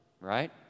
right